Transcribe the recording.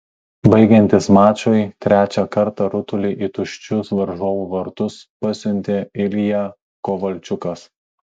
baigiantis mačui trečią kartą ritulį į tuščius varžovų vartus pasiuntė ilja kovalčiukas